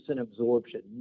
absorption